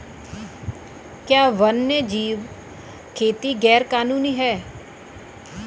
क्या वन्यजीव खेती गैर कानूनी है?